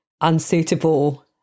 unsuitable